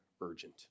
urgent